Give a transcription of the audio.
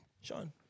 Sean